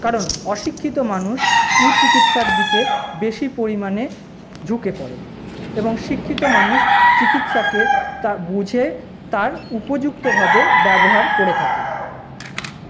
কারণ অশিক্ষিত মানুষ কুচিকিৎসার দিকে বেশি পরিমাণে ঝুঁকে পড়ে এবং শিক্ষিত মানুষ চিকিৎসাকে তা বুঝে তার উপযুক্তভাবে ব্যবহার করে থাকে